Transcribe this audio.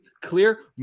clear